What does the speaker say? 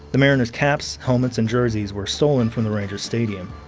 the mariners' caps, helmets, and jerseys were stolen from the rangers' stadium.